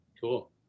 Cool